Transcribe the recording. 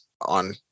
on